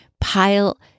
pile